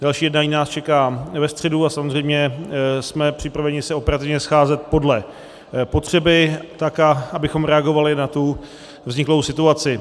Další jednání nás čeká ve středu a samozřejmě jsme připraveni se oprávněně scházet podle potřeby tak, abychom reagovali na vzniklou situaci.